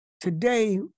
Today